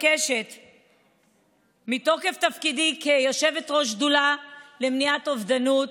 מתוקף תפקידי כיושבת-ראש השדולה למניעת אובדנות